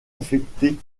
affecté